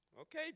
Okay